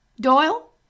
Doyle